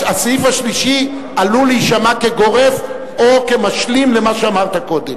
הסעיף השלישי עלול להישמע כגורף או כמשלים למה שאמרת קודם.